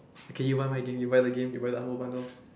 okay you buy my game you buy the game you buy the humble bundle